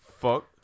Fuck